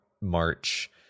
March